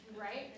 right